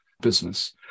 business